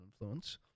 influence